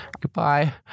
Goodbye